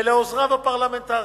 ולעוזריו הפרלמנטריים.